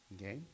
Okay